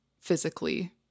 physically